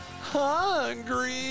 Hungry